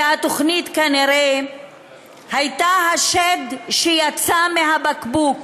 והתוכנית כנראה הייתה השד שיצא מהבקבוק.